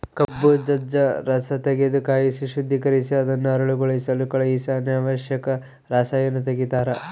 ಕಬ್ಬು ಜಜ್ಜ ರಸತೆಗೆದು ಕಾಯಿಸಿ ಶುದ್ದೀಕರಿಸಿ ಅದನ್ನು ಹರಳುಗೊಳಿಸಲು ಕಳಿಹಿಸಿ ಅನಾವಶ್ಯಕ ರಸಾಯನ ತೆಗಿತಾರ